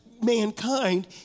mankind